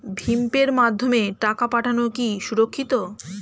ভিম পের মাধ্যমে টাকা পাঠানো কি সুরক্ষিত?